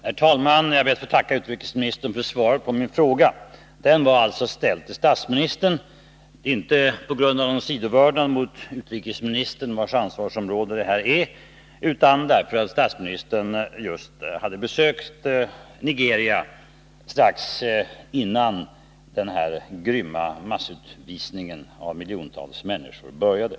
Herr talman! Jag ber att få tacka utrikesministern för svaret på min fråga. Den var ställd till statsministern, inte på grund av någon sidovördnad mot utrikesministern, vars ansvarsområde detta är, utan därför att statsministern hade besökt Nigeria strax innan den grymma massutvisningen av miljontals människor började.